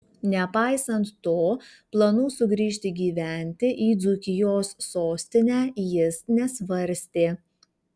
nepaisant to planų sugrįžti gyventi į dzūkijos sostinę jis nesvarstė